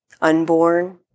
unborn